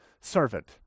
servant